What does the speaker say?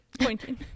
pointing